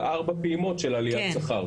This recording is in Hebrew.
של ארבע פעימות של עליית שכר.